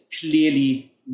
clearly